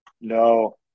No